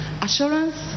assurance